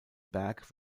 berg